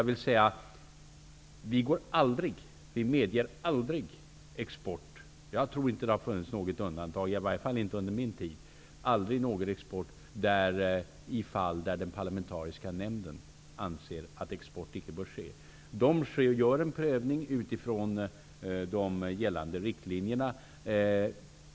Vi medger aldrig export -- jag tror inte att det har funnits något undantag, i alla fall inte under min tid -- i fall där den parlamentariska nämnden anser att export icke bör ske. Den gör en prövning utifrån de gällande riktlinjerna.